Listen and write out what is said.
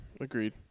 Agreed